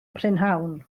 prynhawn